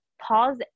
pause